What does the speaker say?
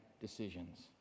decisions